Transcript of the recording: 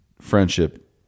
friendship